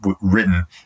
written